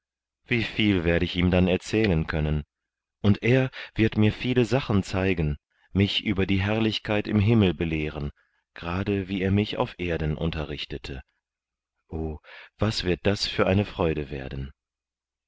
wie viel werde ich ihm dann erzählen können und er wird mir viele sachen zeigen mich über die herrlichkeit im himmel belehren gerade wie er mich auf erden unterrichtete o was wird das für eine freude werden